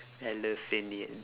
elephanion